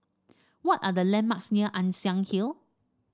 what are the landmarks near Ann Siang Hill